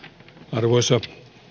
arvoisa